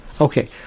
Okay